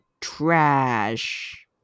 trash